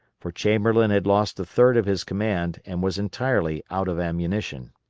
for chamberlain had lost a third of his command and was entirely out of ammunition.